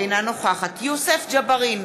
אינה נוכחת יוסף ג'בארין,